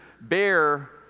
bear